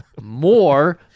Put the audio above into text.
more